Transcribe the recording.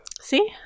See